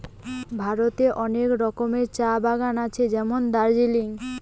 ভারতে অনেক রকমের চা বাগান আছে যেমন দার্জিলিং